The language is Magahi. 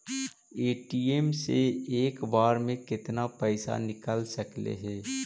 ए.टी.एम से एक बार मे केतना पैसा निकल सकले हे?